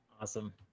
awesome